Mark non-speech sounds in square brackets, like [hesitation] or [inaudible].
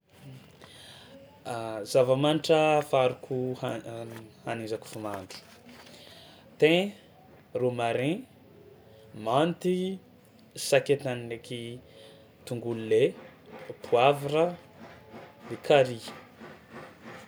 [hesitation] Zava-manitra afaroko ha- an- anaizako fo mahandro: [noise] thym, romarin, menthe, sakay tany ndraiky tongolo lay [noise] poavra de carry. [noise]